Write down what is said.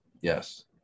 Yes